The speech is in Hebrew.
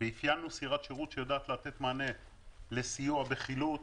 ואפיינו סירת שירות שיודעת לתת מענה לסיוע בחילוץ,